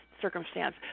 circumstance